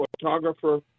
photographer